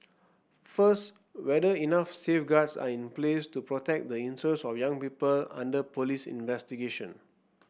first whether enough safeguards are in place to protect the interest of young people under police investigation